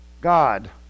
God